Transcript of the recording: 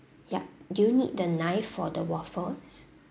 yup do need the knife for the waffles